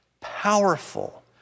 powerful